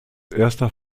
erster